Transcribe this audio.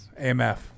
AMF